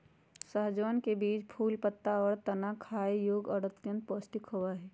सहजनवन के बीज, फूल, पत्ता, और तना खाय योग्य और अत्यंत पौष्टिक होबा हई